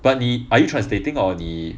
but 你 are you translating or 你